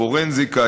פורנזיקה,